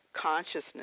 consciousness